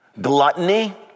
Gluttony